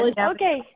Okay